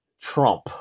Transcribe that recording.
Trump